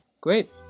great